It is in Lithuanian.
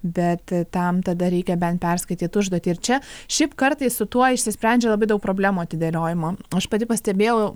bet tam tada reikia bent perskaityt užduotį ir čia šiaip kartais su tuo išsisprendžia labai daug problemų atidėliojimo aš pati pastebėjau